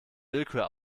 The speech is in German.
willkür